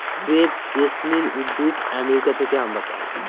crepe jasmine উদ্ভিদ America থেকে আমরা পাই